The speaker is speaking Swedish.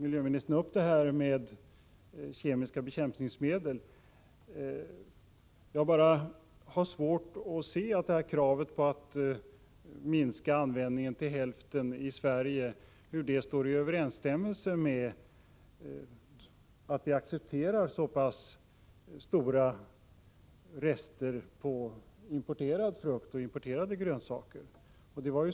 Miljöministern tog upp frågan om kemiska bekämpningsmedel. Jag har svårt att se hur kravet på att minska användningen i Sverige till hälften står i överensstämmelse med att acceptera så stora rester när det gäller importerad frukt och importerade grönsaker.